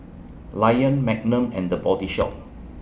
Lion Magnum and The Body Shop